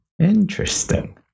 Interesting